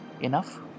enough